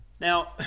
Now